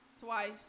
Twice